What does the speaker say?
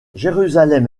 jérusalem